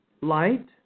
light